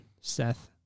Seth